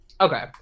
Okay